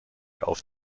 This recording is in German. auf